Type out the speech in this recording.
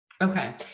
Okay